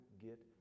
get